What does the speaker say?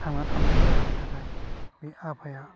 थांना थानायनि राहानि थाखाय बे आफाया